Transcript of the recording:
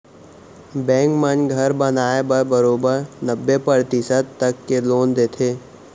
bank मन घर बनाए बर बरोबर नब्बे परतिसत तक के लोन देथे